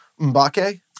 M'Bake